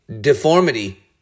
Deformity